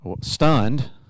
stunned